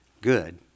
good